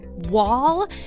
wall